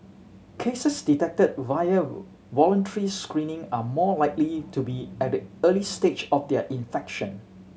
cases detected via voluntary screening are more likely to be at the early stage of their infection